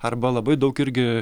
arba labai daug irgi